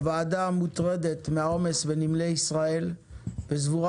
הוועדה מוטרדת מהעומס בנמלי ישראל וסבורה